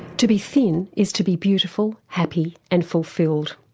to be thin is to be beautiful, happy and fulfilled.